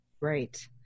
right